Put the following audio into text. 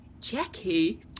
Jackie